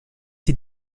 sie